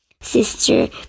sister